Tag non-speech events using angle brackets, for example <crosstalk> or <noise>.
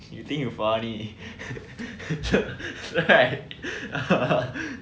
you think you funny <laughs> right <laughs>